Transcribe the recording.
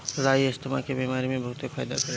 राई asthma के बेमारी में बहुते फायदा करेला